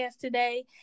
today